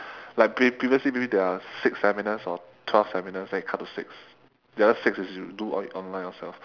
like pre~ previously maybe there are six seminars or twelve seminars then they cut to six the other six is you do on~ online yourself